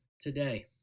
today